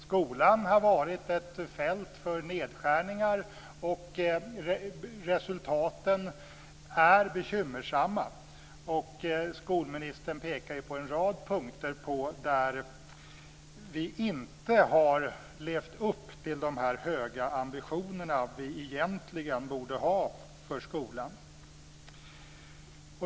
Skolan har varit ett fält för nedskärningar, och resultaten är bekymmersamma. Skolministern pekar på en rad punkter där vi inte har levt upp till de höga ambitionerna som vi egentligen borde ha för skolan.